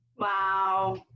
Wow